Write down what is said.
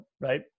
Right